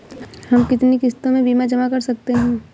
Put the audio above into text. हम कितनी किश्तों में बीमा जमा कर सकते हैं?